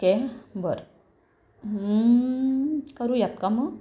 okay बरं करूयात का मग